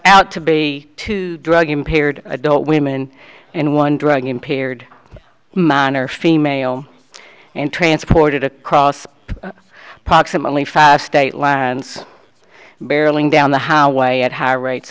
out to be two drug impaired adult women and one drug impaired minor female and transported across proximately five state lines barreling down the how way at high rates